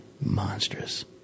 Monstrous